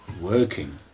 working